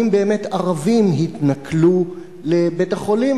האם באמת ערבים התנכלו לבית-החולים.